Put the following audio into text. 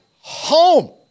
home